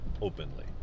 openly